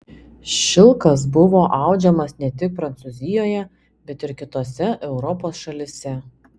šilkas buvo audžiamas ne tik prancūzijoje bet ir kitose europos šalyse